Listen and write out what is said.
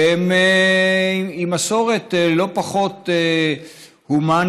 שהם עם מסורת לא פחות הומנית,